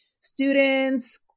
students